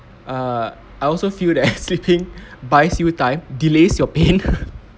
err I also feel that sleeping buys you time delays your pain